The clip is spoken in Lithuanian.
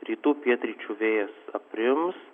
rytų pietryčių vėjas aprims